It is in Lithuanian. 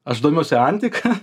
aš domiuosi antika